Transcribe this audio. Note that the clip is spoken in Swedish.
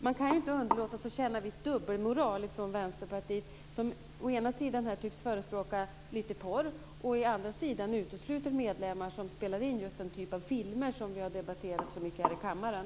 Men det känns som om det var lite dubbelmoral från Vänsterpartiet här. Å ena sidan tycks de här förespråka lite porr, och å andra sidan utesluter man medlemmar som spelar in just den typ av filmer som vi har debatterat så mycket här i kammaren.